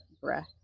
breath